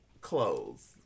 clothes